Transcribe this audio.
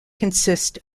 consist